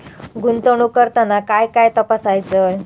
गुंतवणूक करताना काय काय तपासायच?